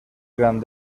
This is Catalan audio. gran